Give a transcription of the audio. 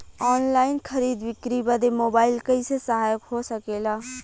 Online खरीद बिक्री बदे मोबाइल कइसे सहायक हो सकेला?